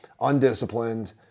undisciplined